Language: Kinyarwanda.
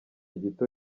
gito